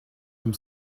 dem